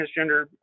transgender